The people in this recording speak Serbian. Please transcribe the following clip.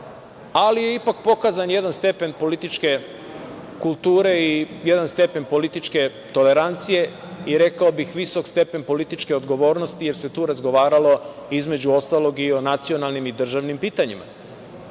ali je ipak pokazan jedan stepen političke kulture i jedan stepen političke tolerancije i rekao bih visok stepen političke odgovornosti, jer su tu razgovaralo, između ostalog, i o nacionalnim i državnim pitanjima,